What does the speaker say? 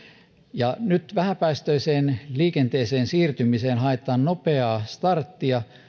ja nyt vähäpäästöiseen liikenteeseen siirtymiseen haetaan nopeaa starttia